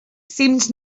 seemed